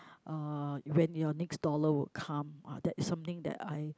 uh when your next dollar will come ah that's something that I